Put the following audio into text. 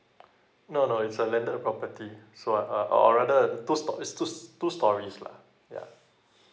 no no it's a landed property so I uh I'll rather two sto~ it's two two stories lah yeah